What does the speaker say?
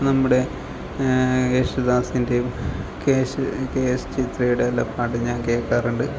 നമ്മുടെ യേശുദാസിന്റെയും K S K S ചിത്രയുടെ എല്ലാം പാട്ട് ഞാൻ കേൾക്കാറുണ്ട്